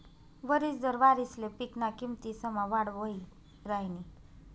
वरिस दर वारिसले पिकना किमतीसमा वाढ वही राहिनी